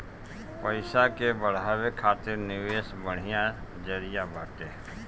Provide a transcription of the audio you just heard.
पईसा के बढ़ावे खातिर निवेश बढ़िया जरिया बाटे